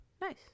Nice